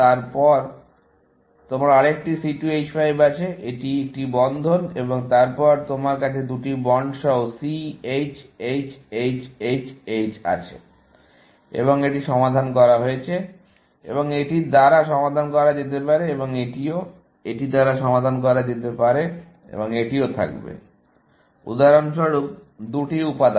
তারপর তোমার আরেকটি C2 H5 আছে এটি একটি বন্ধন এবং তারপর তোমার কাছে দুটি বন্ড সহ C H H H H H আছে এবং এটি সমাধান করা হয়েছে এবং এটি দ্বারা সমাধান করা যেতে পারে এবং এটিও এটি দ্বারা সমাধান করা যেতে পারে এবং এটিও থাকবে উদাহরণস্বরূপ দুটি উপাদান